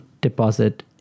Deposit